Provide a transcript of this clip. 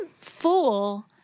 fool